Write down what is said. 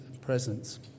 presence